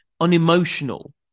unemotional